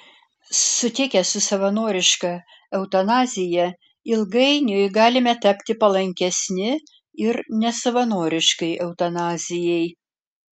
sutikę su savanoriška eutanazija ilgainiui galime tapti palankesni ir nesavanoriškai eutanazijai